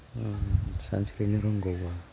सानस्रिनो रोंगौब्ला